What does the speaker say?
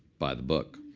buy the book.